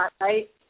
right